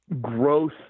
growth